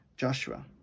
Joshua